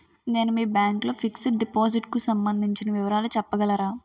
నేను మీ బ్యాంక్ లో ఫిక్సడ్ డెపోసిట్ కు సంబందించిన వివరాలు చెప్పగలరా?